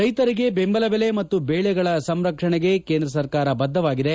ರೈತರಿಗೆ ಬೆಂಬಲ ಬೆಲೆ ಮತ್ತು ಬೆಳೆಗಳ ಸಂಸ್ಕರಣೆಗೆ ಕೇಂದ್ರ ಸರ್ಕಾರ ಬದ್ಧವಾಗಿದೆ